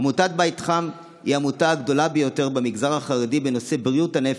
עמותת בית חם היא העמותה הגדולה ביותר במגזר החרדי בנושא בריאות הנפש,